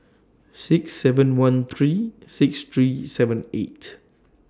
six seven one three six three seven eight